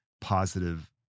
positive